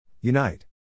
Unite